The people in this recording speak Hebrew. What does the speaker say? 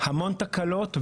המון תקלות,